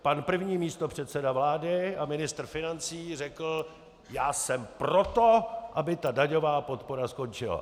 Pan první místopředseda vlády a ministr financí řekl: já jsem pro to, aby ta daňová podpora skončila.